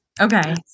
Okay